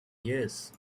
years